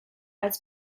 als